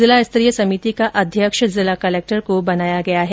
जिला स्तरीय समिति का अध्यक्ष जिला कलेक्टर को बनाया गया है